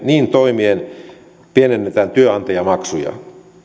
niin toimien pienennetään työnantajamaksuja